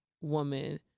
woman